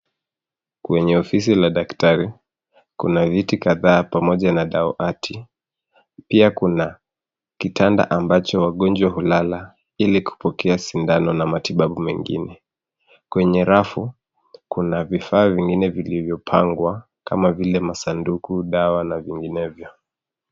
Kwenye ofisi la daktari, kuna viti kadhaa pamoja na dawati. Pia kuna kitanda ambacho wagonjwa hulala, ili kupokea sindano na matibabu mengine. Kwenye rafu, kuna vifaa vingine vilivyopangwa, kama vile, masanduku, dawa, na vinginevyo.